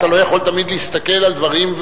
אתה לא יכול תמיד להסתכל על דברים,